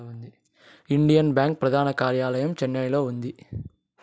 Indian Bank ప్రధాన కార్యాలయం చెన్నైలో ఉంది